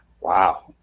Wow